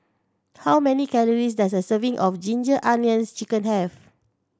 how many calories does a serving of Ginger Onions Chicken have